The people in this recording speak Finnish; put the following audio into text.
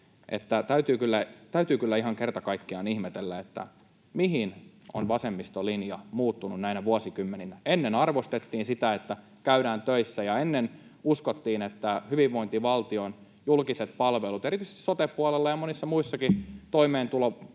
Täytyy kyllä ihan kerta kaikkiaan ihmetellä, mihin on vasemmiston linja muuttunut näinä vuosikymmeninä. Ennen arvostettiin sitä, että käydään töissä, ja ennen uskottiin, että hyvinvointivaltion julkiset palvelut erityisesti sote-puolella ja monissa muissakin, toimeentulotuen